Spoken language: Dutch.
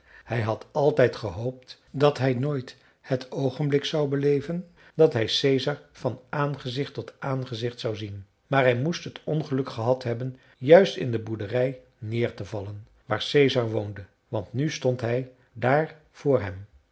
hij had altijd gehoopt dat hij nooit het oogenblik zou beleven dat hij caesar van aangezicht tot aangezicht zou zien maar hij moest het ongeluk gehad hebben juist in de boerderij neer te vallen waar caesar woonde want nu stond hij daar voor hem